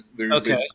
Okay